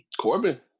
Corbin